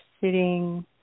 sitting